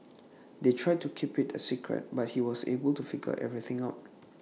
they tried to keep IT A secret but he was able to figure everything out